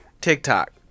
TikTok